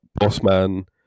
Bossman